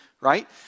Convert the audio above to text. right